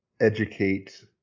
educate